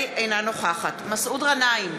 אינה נוכחת מסעוד גנאים,